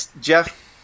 Jeff